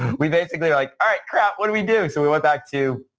we basically are like, all right. crap. what do we do? so, we went back to